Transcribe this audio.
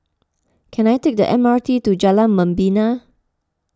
can I take the M R T to Jalan Membina